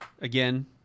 Again